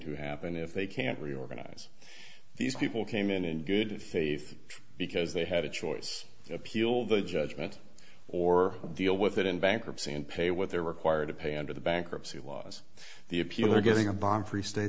to happen if they can't reorganize these people came in in good faith because they had a choice appeal the judgment or deal with it in bankruptcy and pay what they're required to pay under the bankruptcy laws the appeal or getting a bomb freest